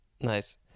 nice